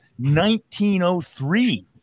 1903